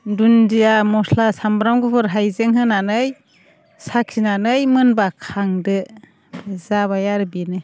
दुन्दिया मस्ला सामब्राम गुफुर हायजें होनानै साखिनानै मोनबा खांदो जाबाय आरो बेनो